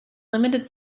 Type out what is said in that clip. limited